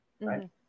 right